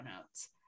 notes